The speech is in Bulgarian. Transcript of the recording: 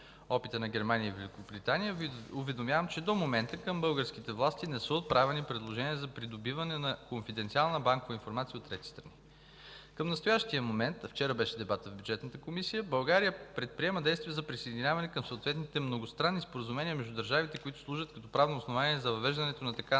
опита на Германия и Великобритания, Ви уведомявам, че до момента към българските власти не са отправяни предложения за придобиване на конфиденциална банкова информация от трети страни. Към настоящия момент – вчера беше дебатът в Бюджетната комисия, България предприема действия за присъединяване към съответните многостранни споразумения между държавите, които служат като правно основание за въвеждането на така